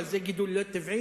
אבל זה גידול לא טבעי,